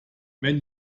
wenn